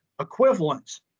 equivalents